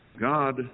God